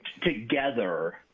together